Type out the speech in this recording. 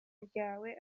ryawe